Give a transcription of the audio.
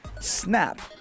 Snap